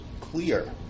clear